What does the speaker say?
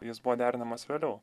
jis buvo derinamas vėliau